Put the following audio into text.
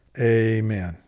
Amen